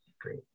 great